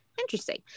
Interesting